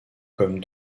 comme